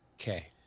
Okay